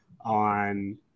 on